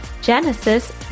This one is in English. Genesis